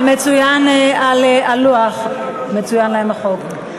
אבל זה מצוין על הלוח, מצוין החוק.